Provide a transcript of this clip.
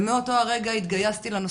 ומאותו הרגע התגייסתי לנושא,